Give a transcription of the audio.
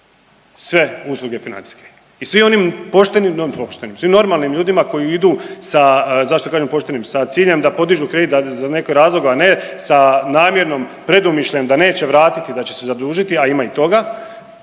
sve usluge financijske i svim onim poštenim, poštenim svim normalnim ljudima koji isu sa, zašto kažem poštenim sa ciljem da podižu kredit … razloga ne sa namjernom predumišljajem da neće vratiti da će se zadužiti, a ima i toga